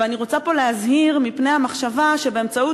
אבל אני רוצה פה להזהיר מפני המחשבה שבאמצעות